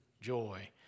joy